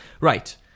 Right